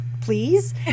please